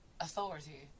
authority